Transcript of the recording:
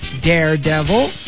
Daredevil